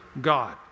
God